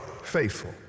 Faithful